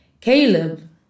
Caleb